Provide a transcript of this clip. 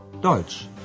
Deutsch